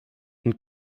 und